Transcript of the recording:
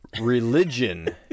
religion